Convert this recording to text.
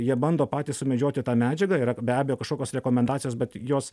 jie bando patys sumedžioti tą medžiagą yra be abejo kažkokios rekomendacijos bet jos